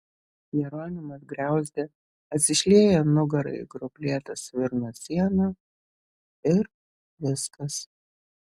jeronimas griauzdė atsišlieja nugara į gruoblėtą svirno sieną ir viskas